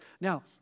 Now